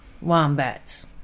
wombats